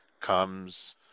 comes